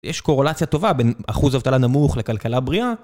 יש קורולציה טובה בין אחוז האבטלה נמוך לכלכלה בריאה.